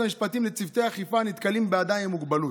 המשפטים לצוותי אכיפה שנתקלים באדם עם מוגבלות.